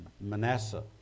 Manasseh